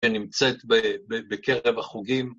‫שנמצאת בקרב החוגים.